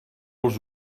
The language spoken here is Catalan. els